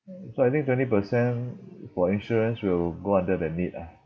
so I think twenty percent for insurance will go under the need ah